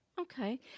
Okay